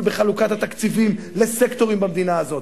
בחלוקת התקציבים לסקטורים במדינה הזאת,